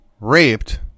raped